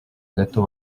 gato